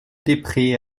desprez